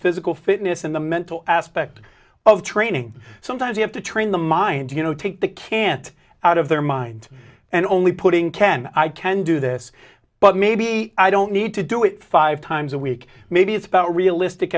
physical fitness and the mental aspect of training sometimes you have to train the mind to you know take the can't out of their mind and only putting can i can do this but maybe i don't need to do it five times a week maybe it's about realistic